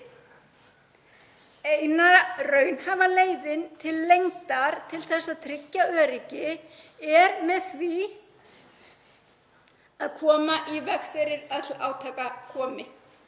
Eina raunhæfa leiðin til lengdar til að tryggja öryggi er með því að koma í veg fyrir að til átaka komi.